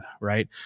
right